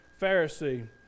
Pharisee